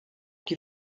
die